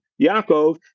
Yaakov